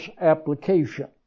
application